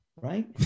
right